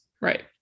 right